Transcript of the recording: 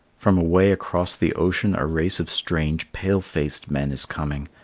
from away across the ocean a race of strange pale-faced men is coming,